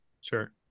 Sure